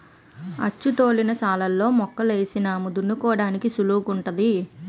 అచ్చుతోలిన శాలులలో మొక్కలు ఏసినాము దున్నుకోడానికి సుళువుగుంటాది